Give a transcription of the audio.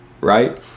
right